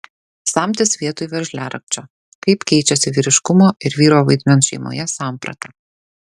samtis vietoj veržliarakčio kaip keičiasi vyriškumo ir vyro vaidmens šeimoje samprata